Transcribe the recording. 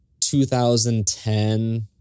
2010